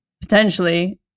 potentially